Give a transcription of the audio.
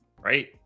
Right